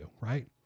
right